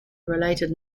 related